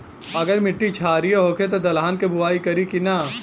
अगर मिट्टी क्षारीय होखे त दलहन के बुआई करी की न?